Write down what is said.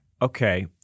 Okay